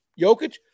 Jokic